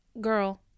girl